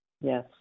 Yes